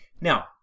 now